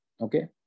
Okay